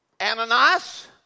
Ananias